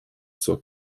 zur